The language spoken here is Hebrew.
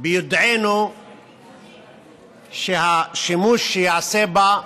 ביודענו שהשימוש שייעשה בה,